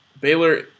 Baylor